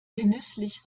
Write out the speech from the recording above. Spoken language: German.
genüsslich